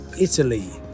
Italy